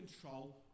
control